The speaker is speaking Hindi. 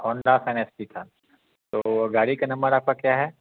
हौंडा साइन एस पी था तो गाड़ी का नंबर आपका क्या है